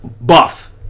buff